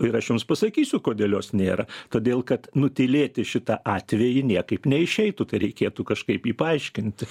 ir aš jums pasakysiu kodėl jos nėra todėl kad nutylėti šitą atvejį niekaip neišeitų tai reikėtų kažkaip jį paaiškinti